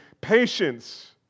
patience